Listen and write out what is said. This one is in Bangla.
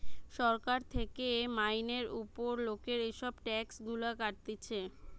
সরকার থেকে মাইনের উপর লোকের এসব ট্যাক্স গুলা কাটতিছে